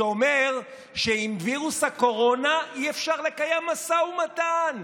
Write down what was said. שאומרת שעם וירוס הקורונה אי-אפשר לקיים משא ומתן,